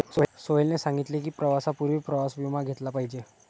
सोहेलने सांगितले की, प्रवासापूर्वी प्रवास विमा घेतला पाहिजे